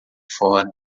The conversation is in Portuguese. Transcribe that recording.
fora